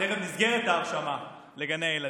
תכף נסגרת ההרשמה לגני הילדים.